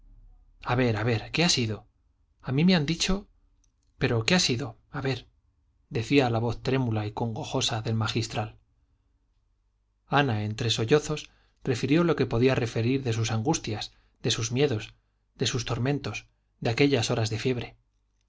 a ver a ver qué ha sido a mí me han dicho pero qué ha sido a ver decía la voz trémula y congojosa del magistral ana entre sollozos refirió lo que podía referir de sus angustias de sus miedos de sus tormentos de aquellas horas de fiebre